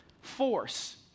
force